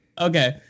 Okay